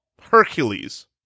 Hercules